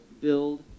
build